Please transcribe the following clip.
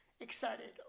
excited